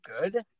good